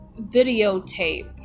videotape